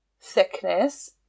thickness